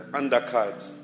undercards